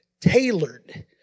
tailored